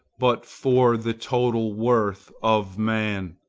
but for the total worth of man.